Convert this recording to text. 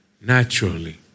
naturally